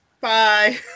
bye